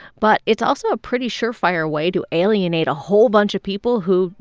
but it's also a pretty sure-fire way to alienate a whole bunch of people who,